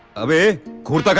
um a goat, but